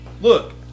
Look